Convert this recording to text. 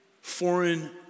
foreign